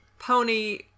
Pony